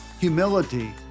humility